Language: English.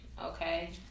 okay